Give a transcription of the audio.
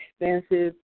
expensive